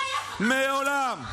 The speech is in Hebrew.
לעולם.